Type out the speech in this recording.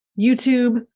YouTube